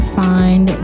find